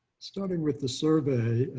starting with the survey,